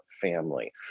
family